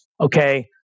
okay